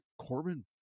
corbin